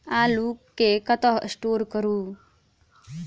आलु केँ कतह स्टोर करू?